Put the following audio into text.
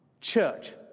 Church